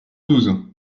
douze